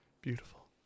beautiful